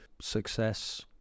success